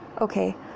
Okay